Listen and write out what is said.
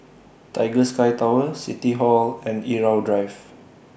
Tiger Sky Tower City Hall and Irau Drive